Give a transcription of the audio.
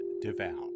devout